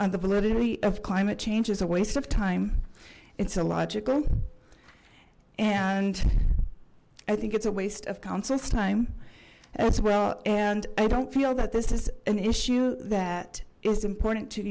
on the validity of climate change is a waste of time it's illogical and i think it's a waste of countless time as well and i don't feel that this is an issue that is important to